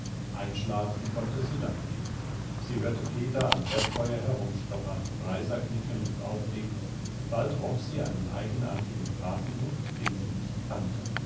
einschlafen konnte sie lange nicht sie hörte peter am herdfeuer herumstochern reiser knicken und auflegen bald roch sie einen eigenartigen bratenduft den sie nicht kannte